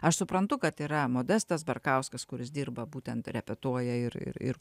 aš suprantu kad yra modestas barkauskas kuris dirba būtent repetuoja ir ir ir